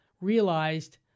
realized